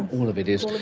all of it is.